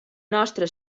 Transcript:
nostra